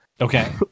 Okay